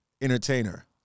entertainer